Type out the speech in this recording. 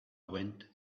went